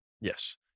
yes